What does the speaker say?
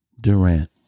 Durant